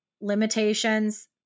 limitations